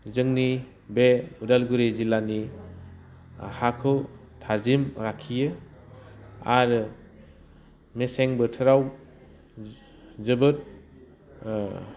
जोंनि बे उदालगुरि जिल्लानि हाखौ थाजिम लाखियो आरो मेसें बोथोराव जोबोद